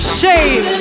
shame